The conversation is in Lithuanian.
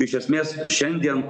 iš esmės šiandien